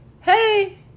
hey